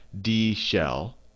D-shell